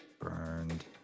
Burned